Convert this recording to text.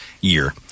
year